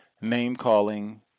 name-calling